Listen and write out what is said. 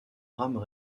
rames